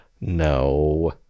No